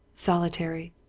solitary.